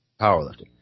Powerlifting